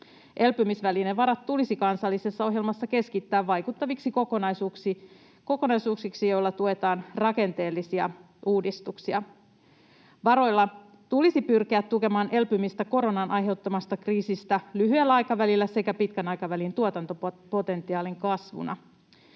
Elpymisvälinevarat tulisi kansallisessa ohjelmassa keskittää vaikuttaviksi kokonaisuuksiksi, joilla tuetaan rakenteellisia uudistuksia. Varoilla tulisi pyrkiä tukemaan elpymistä koronan aiheuttamasta kriisistä lyhyellä aikavälillä sekä pitkän aikavälin tuotantopotentiaalin kasvua.